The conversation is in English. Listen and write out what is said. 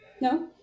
No